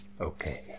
Okay